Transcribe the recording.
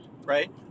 right